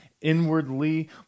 inwardly